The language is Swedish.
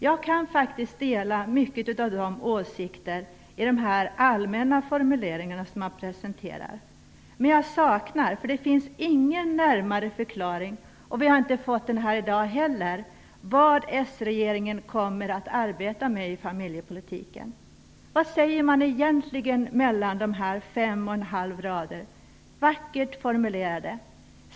Jag kan dela många av åsikterna i de allmänna formuleringar som presenterats. Men det finns ingen närmare förklaring, och vi har heller inte fått den här i dag, till vad den socialdemokratiska regeringen kommer att arbeta med i familjepolitiken. Vad säger man egentligen mellan dessa fem och en halv rader, vackert formulerade?